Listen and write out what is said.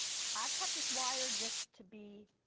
i cut this wire just to be,